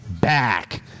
back